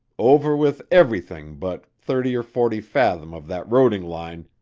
over with everything but thirty or forty fathom of that roding line,